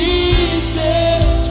Jesus